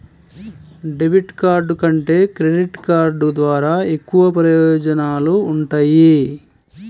debit card కంటే credit card ద్వారా ఎక్కువ ప్రయోజనాలు వుంటయ్యి